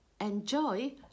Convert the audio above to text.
enjoy